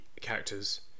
characters